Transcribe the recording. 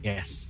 Yes